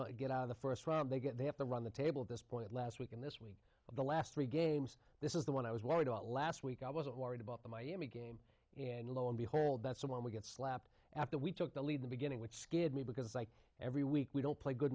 in get out of the first round they get they have to run the table at this point last week in this of the last three games this is the one i was worried about last week i wasn't worried about the miami game and lo and behold that someone would get slapped after we took the lead the beginning which scared me because like every week we don't play good